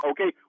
Okay